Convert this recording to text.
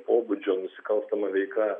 pobūdžio nusikalstama veika